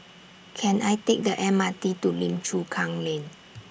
Can I Take The M R T to Lim Chu Kang Lane